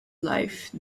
life